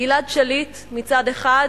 גלעד שליט מצד אחד,